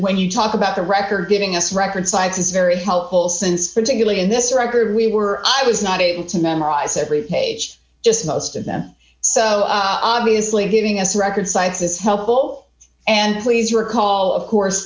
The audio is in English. when you talk about the record giving us record cites is very helpful since particularly in this record we were i was not able to memorize every page just most of them so obviously giving us record cites is helpful and please recall of course